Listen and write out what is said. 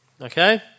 Okay